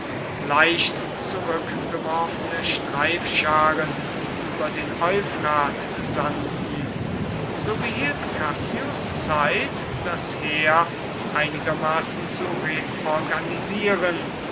leicht zurückgeworfene streifscharen über den euphrat sandten so behielt cassius zeit das heer einigermaßen zu reorganisieren